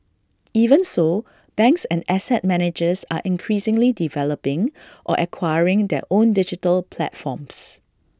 even so banks and asset managers are increasingly developing or acquiring their own digital platforms